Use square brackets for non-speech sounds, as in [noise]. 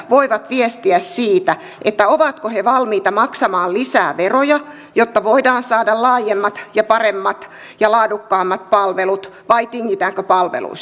[unintelligible] voivat viestiä siitä ovatko he valmiita maksamaan lisää veroja jotta voidaan saada laajemmat paremmat ja laadukkaammat palvelut vai tingitäänkö palveluista mutta